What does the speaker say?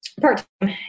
part-time